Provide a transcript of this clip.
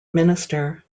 minister